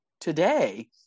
today